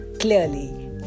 Clearly